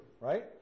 Right